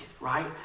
right